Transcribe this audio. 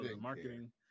Marketing